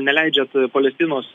neleidžiat palestinos